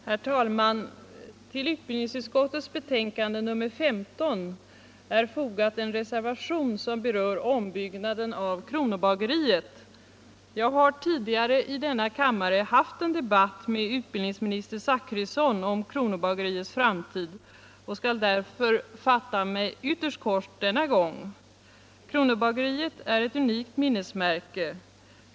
Herr talman! Vid utbildningsutskottets betänkande nr 15 är fogad en reservation som berör ombyggnaden av Kronobageriet. Jag har tidigare i denna kammare haft en debatt med utbildningsministern Zachrisson om Kronobageriets framtid och skall därför fatta mig ytterst kort denna gång. Kronobageriet är ett unikt minnesmärke.